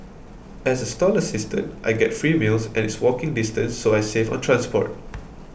as a stall assistant I get free meals and it's walking distance so I save on transport